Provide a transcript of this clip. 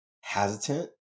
hesitant